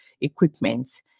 equipment